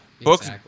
Books